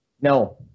no